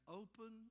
open